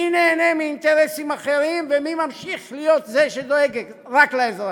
מי נהנה מאינטרסים אחרים ומי ממשיך להיות זה שדואג רק לאזרחים.